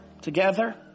together